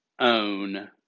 own